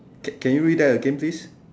can can you read that again please